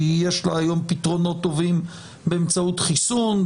יש לה היום פתרונות טובים באמצעות חיסון,